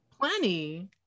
Plenty